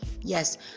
yes